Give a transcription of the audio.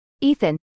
Ethan